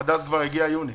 עד אז כבר יגיע יוני.